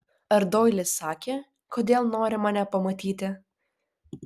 ar doilis sakė kodėl nori mane pamatyti